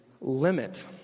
limit